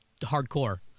hardcore